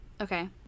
Okay